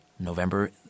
November